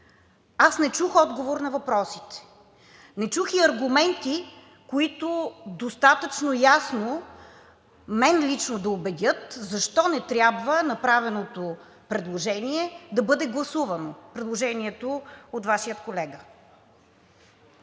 Аз не чух отговор на въпросите. Не чух и аргументи, които достатъчно ясно мен лично да убедят защо не трябва направеното предложение да бъде гласувано – предложението от Вашия колега.